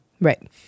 Right